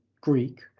Greek